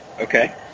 okay